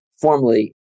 formally